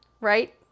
right